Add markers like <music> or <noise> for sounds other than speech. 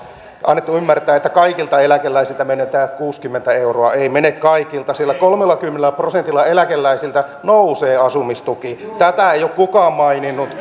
annettu ymmärtää että kaikilta eläkeläisiltä menee tämä kuusikymmentä euroa ei mene kaikilta sillä kolmellakymmenellä prosentilla eläkeläisistä nousee asumistuki tätä ei ole kukaan maininnut <unintelligible>